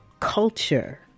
Culture